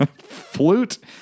flute